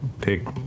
pick